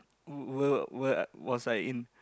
what world was I in